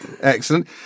excellent